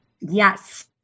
Yes